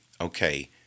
okay